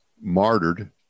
martyred